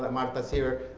ah martha's here.